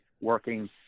working